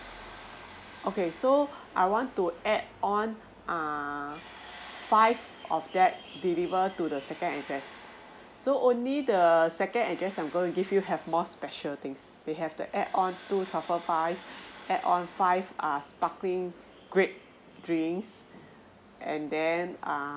okay so I want to add on uh five of that deliver to the second address so only the second address I'm gonna give you have more special things they have the add on two truffle fries add on five uh sparkling grape drinks and then uh